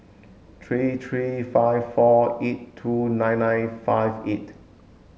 three three five four eight two nine nine five eight